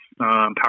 Power